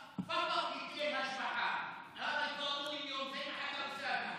אבל תן לי להמשיך את הרעיון שלי כדי,